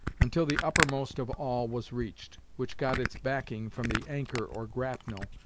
until the uppermost of all was reached, which got its backing from the anchor, or grapnel,